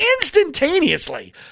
instantaneously